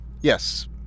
Yes